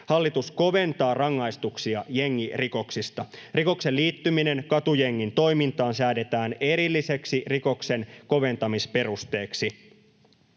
Hallitus koventaa rangaistuksia jengirikoksista. Rikoksen liittyminen katujengin toimintaan säädetään erilliseksi rikoksen koventamisperusteeksi.